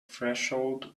threshold